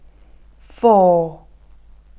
four